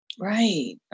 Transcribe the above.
Right